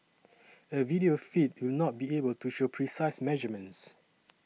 a video feed will not be able to show precise measurements